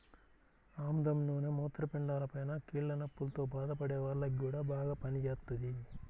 ఆముదం నూనె మూత్రపిండాలపైన, కీళ్ల నొప్పుల్తో బాధపడే వాల్లకి గూడా బాగా పనిజేత్తది